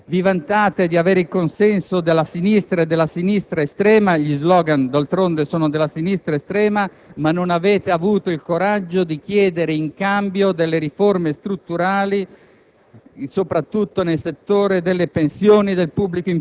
FI e del senatore Baldassarri).* Vi vantate di avere il consenso della sinistra e della sinistra estrema - gli *slogan*, d'altronde, sono della sinistra estrema - ma non avete avuto il coraggio di chiedere in cambio riforme strutturali,